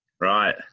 Right